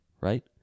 right